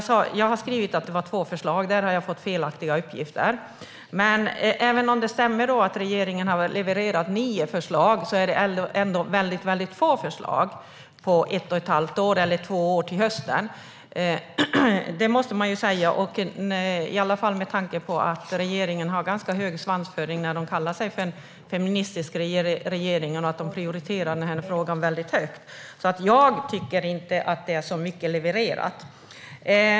Jag har skrivit att det var två förslag. Där har jag fått felaktiga uppgifter. Men även om det stämmer att regeringen har levererat nio förslag är det ändå väldigt få förslag på ett och ett halvt år, eller två år till hösten. Det måste man säga, i alla fall med tanke på att regeringen har ganska hög svansföring när de kallar sig för en feministisk regering och prioriterar denna fråga högt. Jag tycker därför inte att det är så mycket levererat.